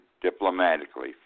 diplomatically